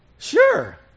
Sure